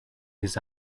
his